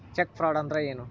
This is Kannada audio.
ಚೆಕ್ ಫ್ರಾಡ್ ಅಂದ್ರ ಏನು?